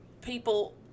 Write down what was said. people